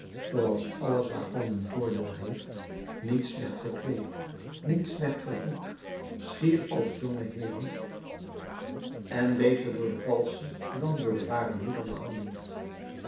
zooals alles waarvan men voordeel heeft niet slecht gekleed niet slecht gevoed schier als jongeheeren en beter door de valsche dan door de ware moeder behandeld